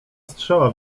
strzała